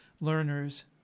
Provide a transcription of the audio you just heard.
learners